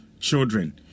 Children